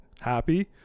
happy